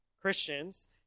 Christians